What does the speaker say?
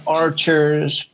archers